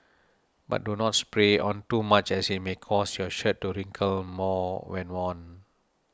but do not spray on too much as it may cause your shirt to wrinkle more when worn